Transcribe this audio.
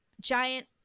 giant